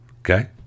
Okay